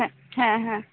ᱦᱮᱸ ᱦᱮᱸ ᱦᱮᱸ